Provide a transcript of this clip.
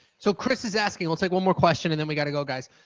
so chris is asking, we'll take one more question and then we got to go, guys.